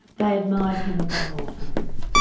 they admired him above all others.